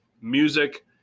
music